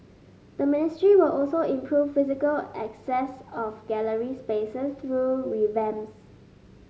the ministry will also improve physical access of gallery spaces through revamps